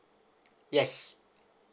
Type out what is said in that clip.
yes